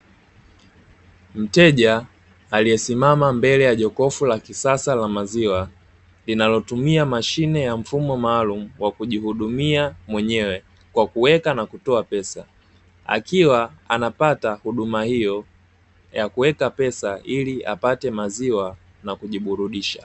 Mteja aliyesimama mbele ya jokofu la kisasa la maziwa linalotumia mashine ya mfumo maalumu wa kujihudumia mwenyewe kwa kuweka na kutoa pesa, akiwa anapata huduma hiyo ya kuweka pesa ili apate maziwa na kujiburudisha.